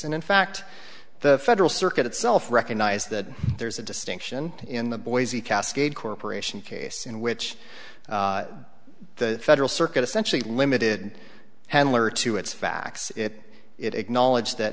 and in fact the federal circuit itself recognized that there's a distinction in the boise cascade corporation case in which the federal circuit essentially limited handler to its facts it acknowledged that